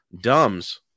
dumbs